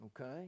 Okay